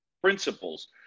principles